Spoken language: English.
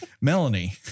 Melanie